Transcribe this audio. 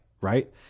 right